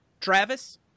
Travis